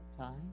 time